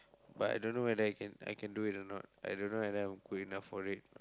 but I don't know whether I can I can do it or not I don't know whether I'm good enough for it